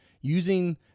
using